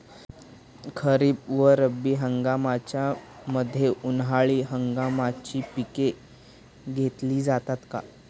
खरीप व रब्बी हंगामाच्या मध्ये उन्हाळी हंगामाची पिके घेतली जातात का?